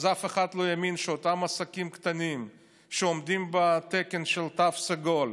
אז אף אחד לא יאמין שאותם עסקים קטנים שעומדים בתקן של התו הסגול,